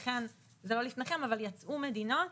לכן זה לא לפניכם אבל יצאו מדינות.